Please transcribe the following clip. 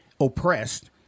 oppressed